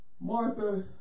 Martha